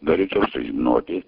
norėčiau sužinoti